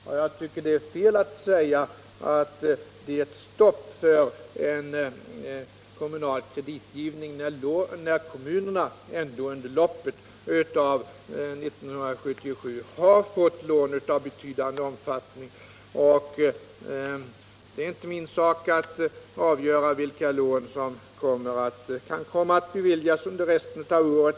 Och jag tycker att det är fel att säga att vi har satt stopp för kommunal kreditgivning, eftersom ju kommunerna ändå under loppet av 1977 har fått låna i betydande omfattning. Det är inte min sak att avgöra vilka lån som kan komma att beviljas under resten av året.